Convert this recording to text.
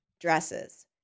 dresses